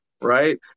right